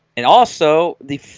and also the